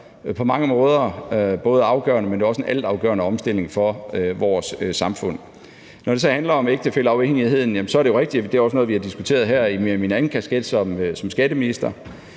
på mange måder ikke bare en afgørende, men også en altafgørende omstilling for vores samfund. Når det så handler om ægtefælleafhængigheden, er det jo rigtigt, at det også er noget, vi har diskuteret her, hvor jeg har haft min anden kasket som skatteminister